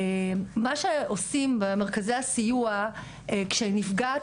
מה שעושים במרכזי הסיוע כשנפגעת,